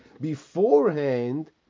beforehand